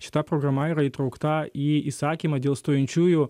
šita programa yra įtraukta į įsakymą dėl stojančiųjų